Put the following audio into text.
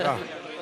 תודה.